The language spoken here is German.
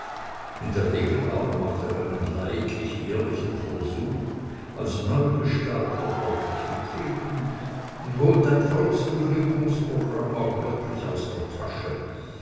in der regel aber macht er einen leidlich ehrlichen versuch als neugestalter aufzutreten und holt ein volksbeglückungsprogramm auch wirklich aus der tasche